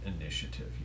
initiative